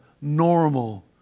normal